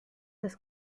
das